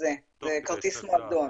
כרטיס מועדון.